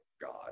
God